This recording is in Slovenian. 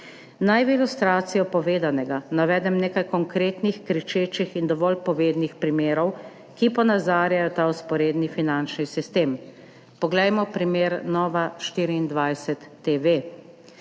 Naj v ilustracijo povedanega navedem nekaj konkretnih, kričečih in dovolj povednih primerov, ki ponazarjajo ta vzporedni finančni sistem. Poglejmo primer Nove24TV.